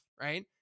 Right